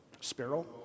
sparrow